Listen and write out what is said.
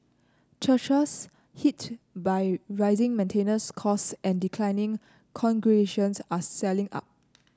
churches hit by rising maintenance costs and declining congregations are selling up